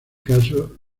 caso